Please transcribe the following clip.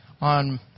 on